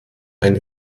eine